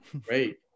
great